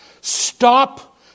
stop